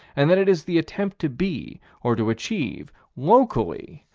and that it is the attempt to be, or to achieve, locally,